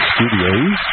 Studios